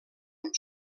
amb